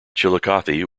chillicothe